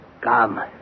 Come